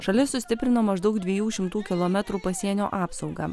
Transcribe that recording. šalis sustiprino maždaug dviejų šimtų kilometrų pasienio apsaugą